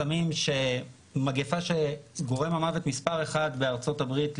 סמים שמגפה שגורם המוות מספר אחד בארצות הברית,